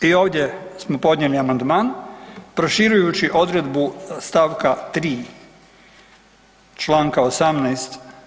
I ovdje smo podnijeli amandman proširujući odredbu st. 3. čl. 18.